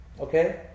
okay